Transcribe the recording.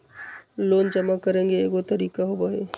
Loan जमा करेंगे एगो तारीक होबहई?